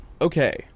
Okay